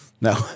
No